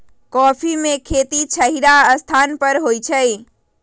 coffee में खेती छहिरा स्थान पर होइ छइ